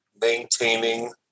maintaining